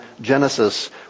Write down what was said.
Genesis